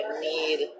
need